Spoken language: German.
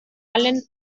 regionalen